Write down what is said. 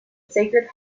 sacred